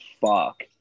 fuck